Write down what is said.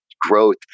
growth